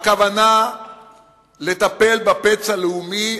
הכוונה לטפל בפצע הלאומי,